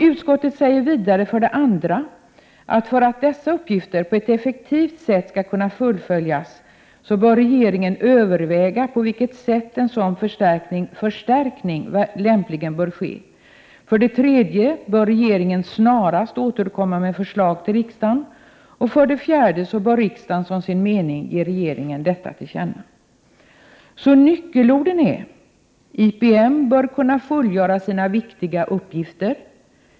Utskottet säger vidare för det andra, att för att dessa uppgifter på ett effektivt sätt skall kunna fullföljas bör regeringen överväga på vilket sätt en sådan förstärkning lämpligen bör ske. Utskottet säger för det tredje att regeringen snarast bör återkomma med förslag till riksdagen. För det fjärde bör riksdagen som sin mening ge regeringen detta till känna. Nyckelmeningarna är alltså: IPM bör kunna fullgöra sina viktiga uppgifter.